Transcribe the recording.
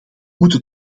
moeten